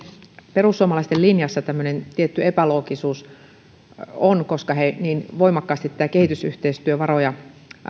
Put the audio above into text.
perussuomalaisten linjassa on tämmöinen tietty epäloogisuus kun he niin voimakkaasti kehitysyhteistyövaroja